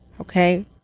Okay